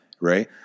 right